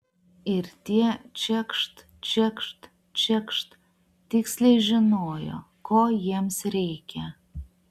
ir tie čekšt čekšt čekšt tiksliai žinojo ko jiems reikia